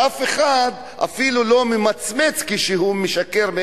אף אחד אפילו לא ממצמץ כשהוא משקר,